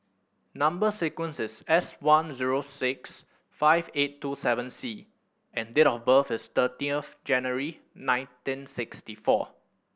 number sequence is S one zero six five eight two seven C and date of birth is thirteenth January nineteen sixty four